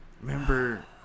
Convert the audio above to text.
remember